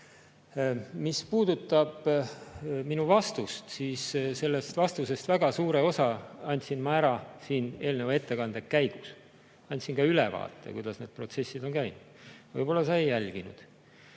Mis puudutab minu vastust, siis sellest vastusest väga suure osa andsin ma ära siin eelneva ettekande käigus. Andsin ka ülevaate, kuidas need protsessid on käinud. Võib-olla sa ei jälginud.